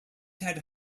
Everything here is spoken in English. had